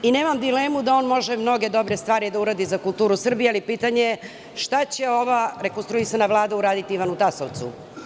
Nemam dilemu da on može mnoge dobre stvari da uradi za kulturu Srbije, ali pitanje je – šta će ova rekonstruisana Vlada uradi Ivanu Tasovcu?